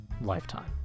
lifetime